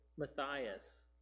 Matthias